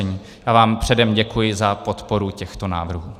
Já vám předem děkuji za podporu těchto návrhů.